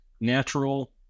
natural